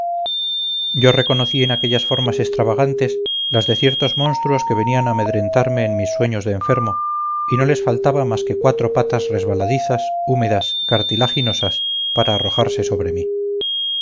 yo reconocí en aquellas formas extravagantes las de ciertos monstruos que venían a amedrentarme en mis sueños de enfermo y no les faltaba más que cuatro patas resbaladizas húmedas cartilaginosas para arrojarse sobre mí